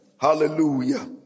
hallelujah